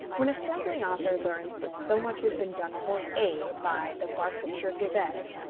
when a struggling author learns that so much has been done for a by the barsetshire gazette,